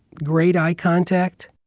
great eye contact,